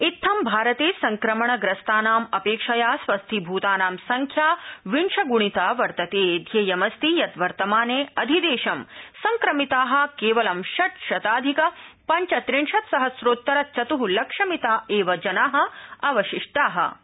इत्यं भारते सक्रमणप्रस्तानाम् अपेक्षया स्वस्थीभूतानां संख्या विशगृणिता वर्तताध्येयमस्ति यत् वर्तमाने अधिदेशं संक्रमिता केवलं षट्रशताधिक पंचत्रिशत्सहम्रोत्तर चतलक्षमिता एव अवशिष्टा सन्ति